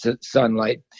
sunlight